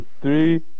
three